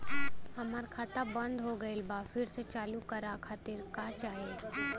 हमार खाता बंद हो गइल बा फिर से चालू करा खातिर का चाही?